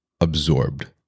absorbed